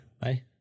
Bye